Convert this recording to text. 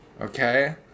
okay